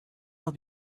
will